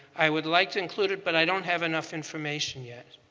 i would like to include it but i don't have enough information yet.